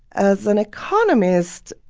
as an economist,